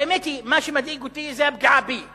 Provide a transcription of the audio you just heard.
האמת היא שמה שמדאיג אותי זה קודם הפגיעה בי,